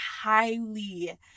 highly